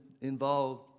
involved